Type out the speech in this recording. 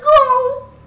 go